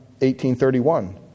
18.31